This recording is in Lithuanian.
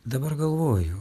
dabar galvoju